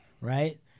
right